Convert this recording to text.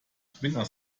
springer